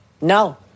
No